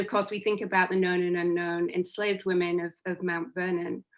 ah course we think about the known and unknown enslaved women of of mount vernon,